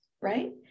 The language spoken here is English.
right